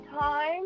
time